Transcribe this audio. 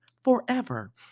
forever